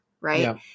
right